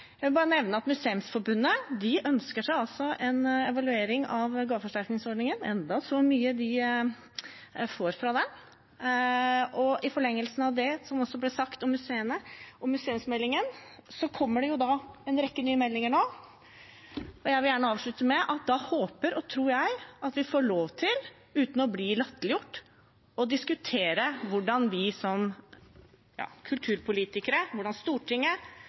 Jeg vil bare nevne at museumsforbundet ønsker seg en evaluering av gaveforsterkningsordningen, enda så mye de får fra den. Og i forlengelsen av det som også ble sagt om museene og museumsmeldingen: Det kommer nå en rekke nye meldinger, og jeg vil gjerne avslutte med at da håper og tror jeg at vi får lov til, uten å bli latterliggjort, å diskutere hvordan vi som kulturpolitikere, Stortinget